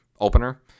opener